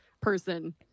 person